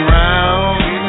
round